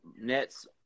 Nets